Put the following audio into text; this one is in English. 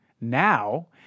now